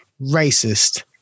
racist